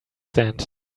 stand